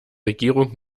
regierung